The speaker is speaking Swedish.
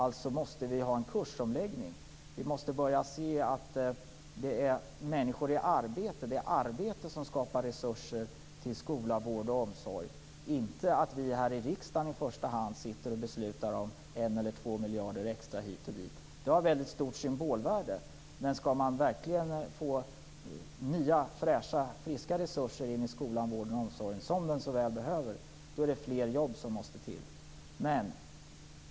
Vi måste därför ha en kursomläggning. Vi måste börja se att det är människor i arbete som skapar resurser till skola, vård och omsorg, inte att vi här i riksdagen i första hand sitter och beslutar om 1 eller 2 miljarder extra hit eller dit. Det har ett mycket stort symbolvärde. Men skall man verkligen få nya fräscha, friska resurser i skolan, vården och omsorgen, som de så väl behöver, är det fler jobb som måste till.